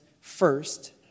first